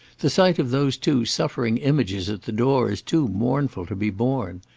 the sight of those two suffering images at the door is too mournful to be borne.